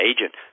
agent